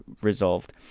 resolved